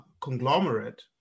conglomerate